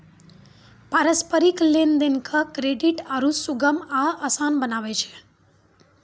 पारस्परिक लेन देन के क्रेडिट आरु सुगम आ असान बनाबै छै